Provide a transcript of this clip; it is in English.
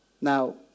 Now